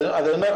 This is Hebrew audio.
אני אומר,